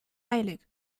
eilig